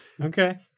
Okay